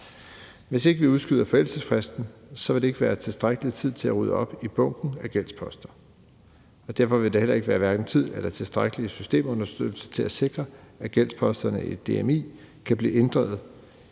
Hvis ikke vi udskyder forældelsesfristen, vil der ikke være tilstrækkelig tid til at rydde op i bunken af gældsposter, og derfor vil der heller ikke være tid eller tilstrækkelig systemunderstøttelse til at sikre, at gældsposterne i DMI kan blive inddrevet